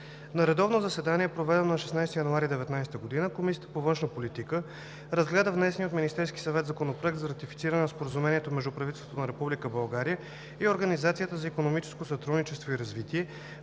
На редовно заседание, проведено на 16 януари 2019 г., Комисията по външна политика разгледа внесения от Министерски съвет Законoпроект за ратифициране на Споразумението между правителството на Република България и Организацията за икономическо сътрудничество и развитие,